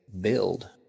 build